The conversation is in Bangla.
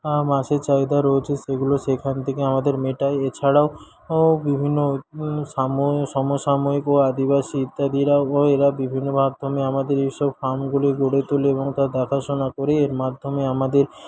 চাহিদা রয়েছে সেইগুলো সেইখান থেকে আমাদের মেটায় এছাড়াও বিভিন্ন সাময়িক সমসাময়িক ও আদিবাসী ইত্যাদিরা এরা বিভিন্ন মাধ্যমে আমাদের এইসব ফার্মগুলো গড়ে তোলে এবং তার দেখাশোনা করেই এর মাধ্যমে আমাদের